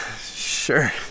Sure